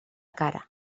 cara